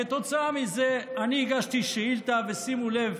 כתוצאה מזה אני הגשתי שאילתה, ושימו לב,